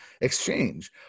exchange